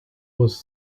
was